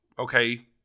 Okay